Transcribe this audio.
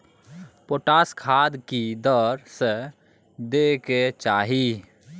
Potash खाद की दर से दै के चाही?